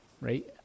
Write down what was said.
right